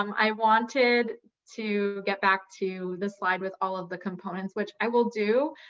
um i wanted to get back to the slide with all of the components, which i will do,